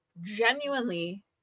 genuinely